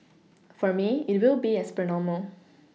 for me it will be as per normal